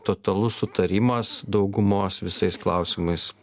totalus sutarimas daugumos visais klausimais